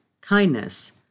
kindness